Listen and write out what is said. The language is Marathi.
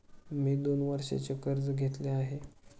मी दोन वर्षांचे कर्ज घेतले आहे